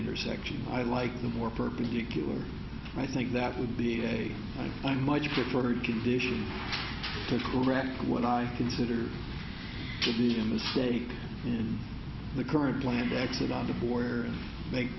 intersections i like the more perpendicular i think that would be a i much preferred condition to correct what i consider to be a mistake in the current plan to exit on the border and make